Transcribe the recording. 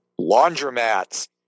laundromats